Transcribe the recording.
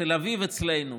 תל אביב אצלנו,